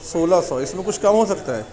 سولہ سو اس میں کچھ کم ہو سکتا ہے